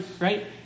right